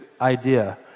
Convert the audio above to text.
Idea